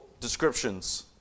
descriptions